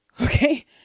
Okay